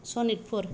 Sonitpur